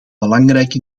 belangrijke